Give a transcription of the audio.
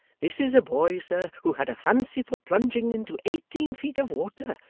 this is a boy, sir, who had a fancy for plunging into eighteen feet of water,